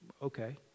Okay